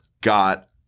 got